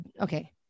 Okay